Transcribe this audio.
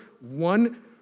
one